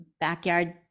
backyard